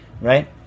right